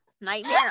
Nightmare